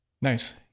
Nice